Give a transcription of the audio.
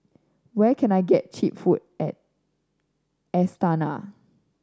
where can I get cheap food at Astana